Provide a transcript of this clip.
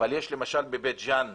למשל בבית ג'אן,